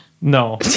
No